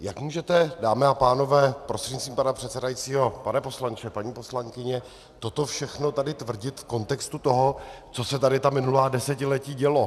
Jak můžete, dámy a pánové, prostřednictvím pana předsedajícího, pane poslanče, paní poslankyně, toto všechno tady tvrdit v kontextu toho, co se tady ta minulá desetiletí dělo?